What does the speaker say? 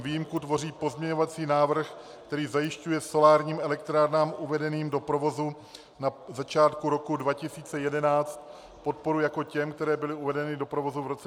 Výjimku tvoří pozměňovací návrh, který zajišťuje solárním elektrárnám uvedeným do provozu na začátku roku 2011 podporu jako těm, které byly uvedeny do provozu v roce 2010.